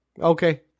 Okay